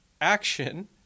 action